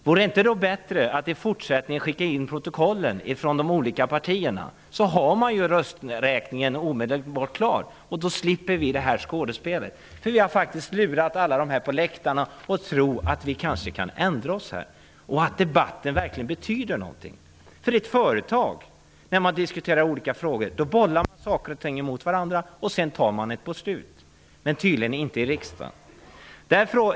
Vore det inte bättre att i fortsättningen skicka in protokollen från de olika partierna. Då har man rösträkningen omedebart klar, och vi slipper detta skådespel. Vi har faktiskt lurat alla de som sitter på läktarna att tro att vi kanske kan ändra oss här och att debatten verkligen betyder någonting. I ett företag, när man diskuterar olika frågor, bollar man saker och ting mot varandra. Därefter fattar man ett beslut. Men tydligen är det inte så i riksdagen.